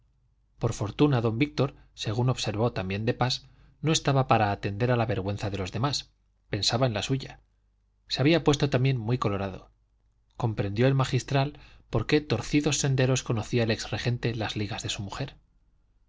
por fortuna don víctor según observó también de pas no estaba para atender a la vergüenza de los demás pensaba en la suya se había puesto también muy colorado comprendió el magistral por qué torcidos senderos conocía el ex regente las ligas de su mujer